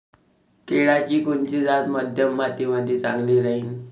केळाची कोनची जात मध्यम मातीमंदी चांगली राहिन?